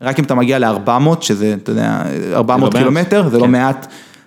רק אם אתה מגיע לארבע מאות, שזה, אתה יודע, ארבע מאות קילומטר, זה לא מעט.